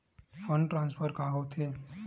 Fund transfer का होथे?